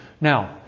Now